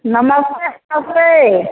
नमस्ते